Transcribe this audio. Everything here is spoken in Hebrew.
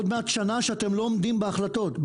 עוד מעט שנה שאתם לא עומדים בהחלטות,